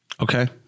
Okay